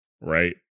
right